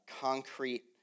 concrete